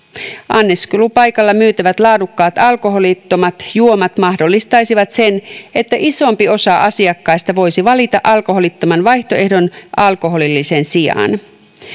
anniskelupaikalla myytävät laadukkaat alkoholittomat juomat mahdollistaisivat sen että isompi osa asiakkaista voisi valita alkoholittoman vaihtoehdon alkoholillisen sijaan